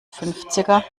fünfziger